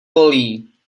bolí